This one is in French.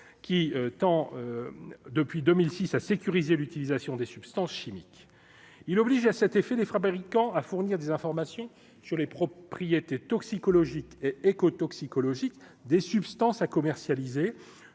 qui tend depuis 2006 à sécuriser l'utilisation des substances chimiques, il oblige à cet effet des fabricants à fournir des informations sur les propriétés toxicologiques, éco-toxicologiques des substances à commercialiser